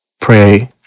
Pray